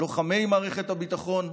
לוחמי מערכת הביטחון,